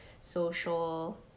social